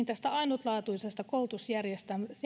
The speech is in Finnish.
tästä ainutlaatuisesta koulutusjärjestelmästämme